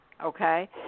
Okay